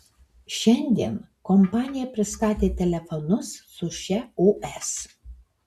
šiandien kompanija pristatė telefonus su šia os